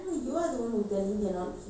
after plaster then you say cannot do